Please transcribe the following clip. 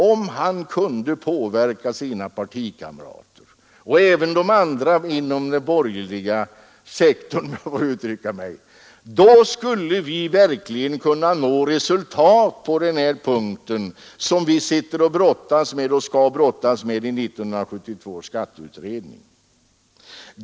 Om han kunde påverka sina partikamrater och även de andra inom den borgerliga sektorn, om jag får uttrycka mig så, skulle vi verkligen kunna nå resultat när det gäller detta problem, som vi brottas med och skall brottas med i 1972 års skatteutredning.